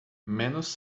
menos